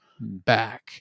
back